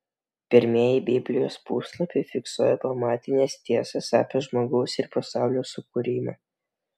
pirmieji biblijos puslapiai fiksuoja pamatines tiesas apie žmogaus ir pasaulio sukūrimą